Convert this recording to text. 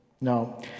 No